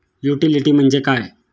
Utility म्हणजे काय?